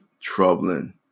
troubling